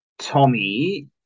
Tommy